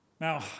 Now